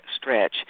stretch